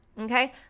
okay